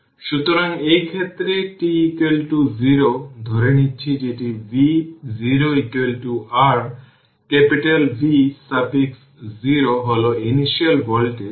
সুতরাং এই ক্ষেত্রে t 0 ধরে নিচ্ছি যেটি v0 r capital V suffix 0 হল ইনিশিয়াল ভোল্টেজ